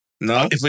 No